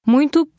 Muito